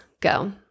go